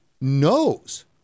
knows